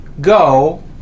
go